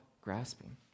grasping